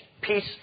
Peace